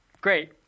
Great